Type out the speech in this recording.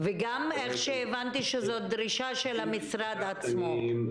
וגם הבנתי שזו דרישה של המשרד עצמו.